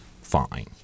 fine